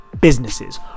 businesses